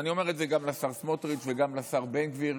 אני אומר את זה גם לשר סמוטריץ' וגם לשר בן גביר,